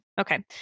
okay